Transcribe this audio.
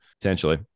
potentially